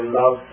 love